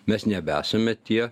mes nebesame tie